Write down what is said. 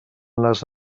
les